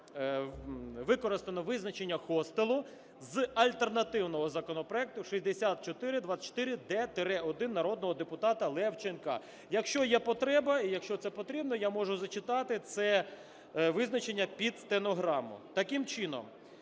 використано визначення "хостелу" з альтернативного законопроекту 6424-1 народного депутата Левченка. Якщо є потреба і якщо це потрібно я можу зачитати це визначення під стенограму. Таким чином,